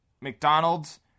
McDonald's